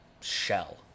shell